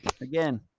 again